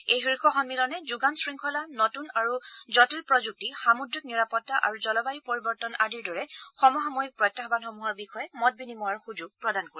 এই শীৰ্ষ সম্মিলনে যোগান শংখলা নতুন আৰু জটিল প্ৰযুক্তি সামুদ্ৰিক নিৰাপতা আৰু জলবায়ু পৰিৱৰ্তন আদিৰ দৰে সমসাময়িক প্ৰত্যাহানসমূহৰ বিষয়ে মত বিনিময়ৰ সুযোগ প্ৰদান কৰিব